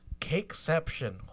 Cakeception